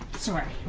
sorry.